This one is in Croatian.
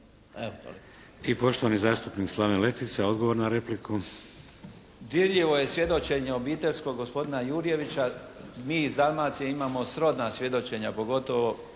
I poštovani zastupnik Slaven Letica, odgovor na repliku. **Letica, Slaven (Nezavisni)** Dirljivo je svjedočenje obiteljskog gospodina Jurjevića. Mi iz Dalmacije imamo srodna svjedočenja, pogotovo